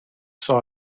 saw